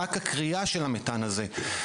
רק הכרייה של המתאן הזה.